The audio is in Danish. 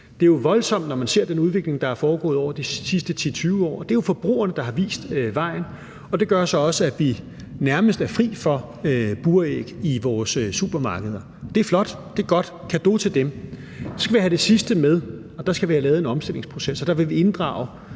Det er jo voldsomt, når man ser den udvikling, der er foregået over de sidste 10-20 år. Det er jo forbrugerne, der har vist vejen, og det gør så også, at vi nærmest er fri for buræg i vores supermarkeder. Det er flot, det er godt – og en cadeau til dem. Så skal vi have det sidste med, og der skal vi have lavet en omstillingsproces, og der vil vi også inddrage